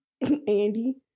Andy